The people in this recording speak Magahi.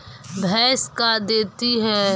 भैंस का देती है?